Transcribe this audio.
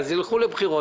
אז ילכו לבחירות,